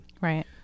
Right